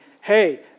Hey